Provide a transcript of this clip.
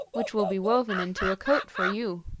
which will be woven into a coat for you